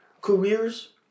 careers